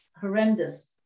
horrendous